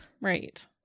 Right